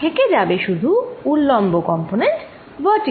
থেকে যাবে শুধু তাদের উলম্ব কম্পনেন্ট